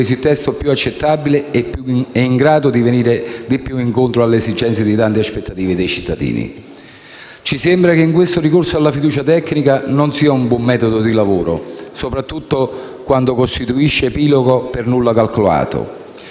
il testo più accettabile e in grado di venire maggiormente incontro alle esigenze e alle tante aspettative dei cittadini. Ci sembra che il ricorso alla fiducia tecnica non sia un buon metodo di lavoro, soprattutto quando costituisce un epilogo per nulla calcolato.